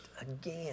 again